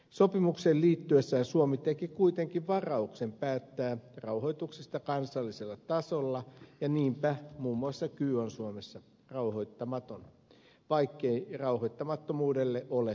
sopimukseen liittyessään suomi teki kuitenkin varauksen päättää rauhoituksesta kansallisella tasolla ja niinpä muun muassa kyy on suomessa rauhoittamaton vaikkei rauhoittamattomuudelle ole perusteita